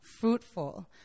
fruitful